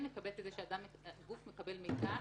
תגידי לי: יש כאן ילדים קטנים ולמישהו